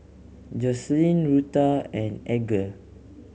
Joslyn Rutha and Edgar